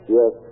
Yes